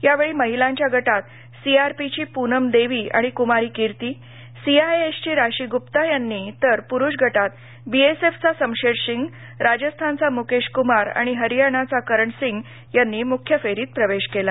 यामध्ये महिलांच्या गटात सीआरपीची पुनम देवी आणि कुमारी किर्ती सीआयएसची राशी गुप्ता यांनी तर पुरुष गटात बीएसएफचा समशेरसिंग राजस्थानचा मुकेश कुमार आणि हरीयानाचा करण सिंग यांनी मुख्य फेरीत प्रवेश केला